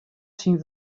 syn